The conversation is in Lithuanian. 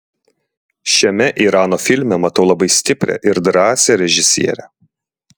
šiame irano filme matau labai stiprią ir drąsią režisierę